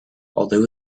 although